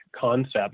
concepts